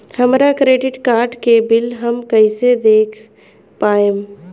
हमरा credit card के bill हम कइसे देख पाएम?